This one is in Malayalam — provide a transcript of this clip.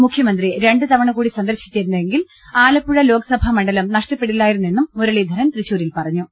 മുഖ്യമന്ത്രി രണ്ട് തവണ കൂടി സന്ദർശിച്ചിരുന്നെങ്കിൽ ആലപ്പുഴ ലോക്സഭാ മണ്ഡലം നഷ്ടപ്പെടില്ലായിരുന്നെന്നും മുരളീധരൻ തൃശൂരിൽ പറഞ്ഞു